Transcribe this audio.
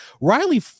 Riley